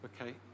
Okay